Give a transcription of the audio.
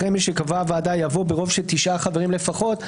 אחרי "משקבעה הוועדה" יבוא "ברוב של תשעה חברים לפחות".